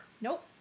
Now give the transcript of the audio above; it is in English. Nope